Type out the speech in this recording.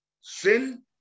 sin